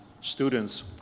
students